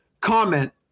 Comment